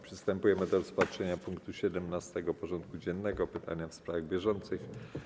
Przystępujemy do rozpatrzenia punktu 17. porządku dziennego: Pytania w sprawach bieżących.